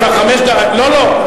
לא, לא.